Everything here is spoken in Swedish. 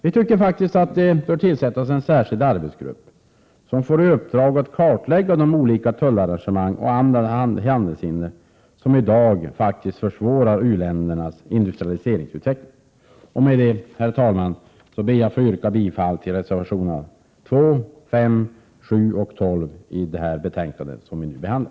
Vi anser att en särskild arbetsgrupp bör få i uppdrag att kartlägga de olika tullarrangemang och andra handelshinder som i dag faktiskt försvårar u-ländernas industrialiseringsutveckling. Med detta, herr talman, ber jag att få yrka bifall till reservationerna 2, 5, 7 och 12 i näringsutskottets betänkande nr 28.